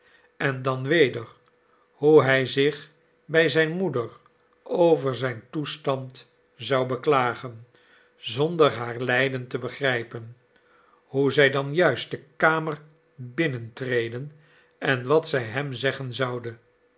en dan weder hoe hij zich bij zijn moeder over zijn toestand zou beklagen zonder haar lijden te begrijpen hoe zij dan juist de kamer binnentreden en wat zij hem zeggen zoude